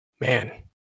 Man